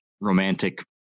romantic